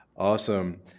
Awesome